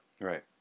Right